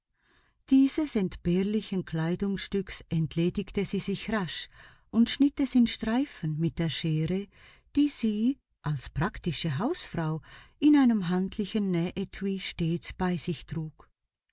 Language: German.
dieses entbehrlichen kleidungsstückes entledigte sie sich rasch und schnitt es in streifen mit der scheere die sie als praktische hausfrau in einem handlichen nähetui stets bei sich trug